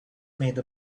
made